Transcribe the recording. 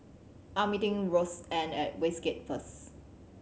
I am meeting Roseann at Westgate first